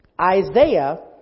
Isaiah